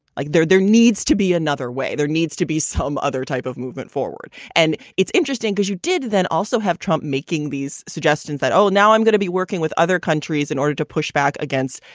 like there there needs to be another way. there needs to be some other type of movement forward. and it's interesting, because you did then also have trump making these suggestions that, oh, now i'm going to be working with other countries in order to push back against,